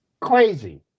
crazy